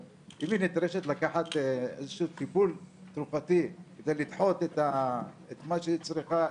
אבל אם היא נדרשת לקחת איזה שהוא טיפול כדי לדחות את מה שהיא צריכה,